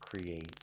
create